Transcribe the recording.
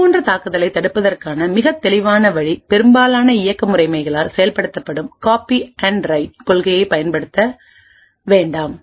இதுபோன்ற தாக்குதலைத் தடுப்பதற்கான மிகத் தெளிவான வழி பெரும்பாலான இயக்க முறைமைகளால் செயல்படுத்தப்படும் காப்பி அண்ட் ரைட் கொள்கையைப் பயன்படுத்த வேண்டாம்